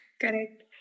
Correct